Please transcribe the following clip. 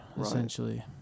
essentially